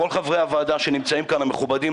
כל חברי הוועדה המכובדים שנמצאים כאן,